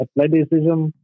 athleticism